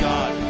God